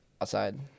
outside